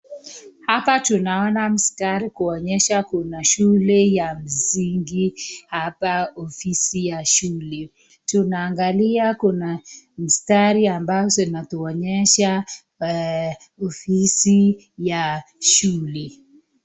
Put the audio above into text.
Hapa tunaona mstari kuonyesha kuna shule ya msingi hapa ofisi ya shule. Tunaangalia kuna mstari ambazo zinatuonyesha ofisi ya shule.